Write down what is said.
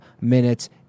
minutes